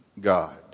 God